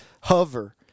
hover